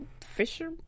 fisher